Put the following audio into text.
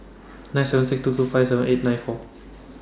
nine seven six two two five seven eight nine four